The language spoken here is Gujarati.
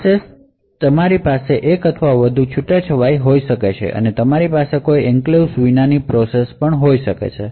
પ્રોસેસ મુજબ તમારી પાસે એક અથવા વધુ એન્ક્લેવ્સ હોઈ શકે છે અથવા તમારી પાસે કોઈ એન્ક્લેવ્સ વિના પણ પ્રોસેસ હોઈ શકે છે